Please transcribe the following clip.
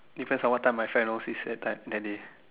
depends on what time my friend O_C_S end time then they